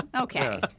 Okay